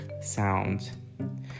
sound